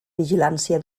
vigilància